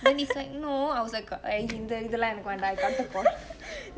and he's like no I was like இந்த இதுலா எனக்கு வேண்டா போ:inthe ithulaa enaku vendaa po